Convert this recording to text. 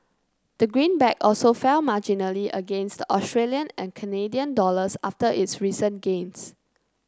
the green back also fell marginally against the Australian and Canadian dollars after its recent gains